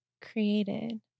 created